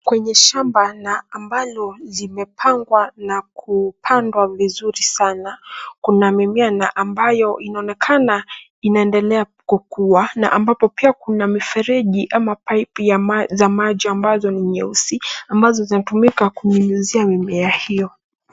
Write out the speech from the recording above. Kwenye shamba na ambalo limepangwa na kupandwa vizuri sana. Kuna mimea na ambayo inaonekana inaendelea kukua na ambapo pia kuna mifereji ama pipe za maji ambazo ni nyeusi ambazo zinatumika kunyunyuzia mimea hio.